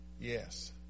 Yes